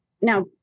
Now